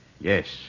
Yes